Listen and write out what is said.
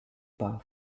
power